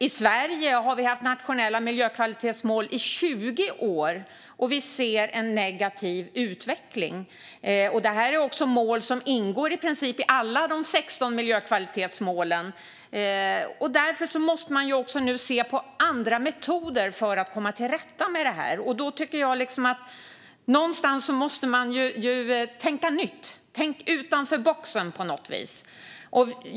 I Sverige har vi haft nationella miljökvalitetsmål i 20 år och ser en negativ utveckling. Det här är mål som ingår i princip i alla de 16 miljökvalitetsmålen. Därför måste man nu se på andra metoder för att komma till rätta med det här. Då måste man tänka nytt, utanför boxen på något vis.